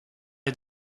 est